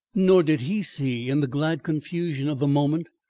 nor did he see, in the glad confusion of the moment,